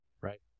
right